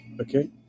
Okay